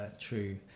true